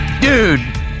dude